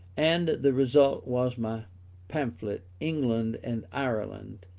and the result was my pamphlet england and ireland,